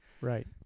Right